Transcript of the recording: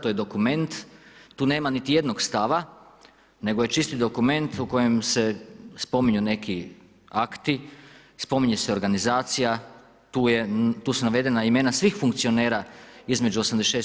To je dokument, tu nema niti jednog stava, nego je čisti dokument u kojem se spominju neki akti, spominje se organizacija, tu su navedena imena svih funkcionera između '86.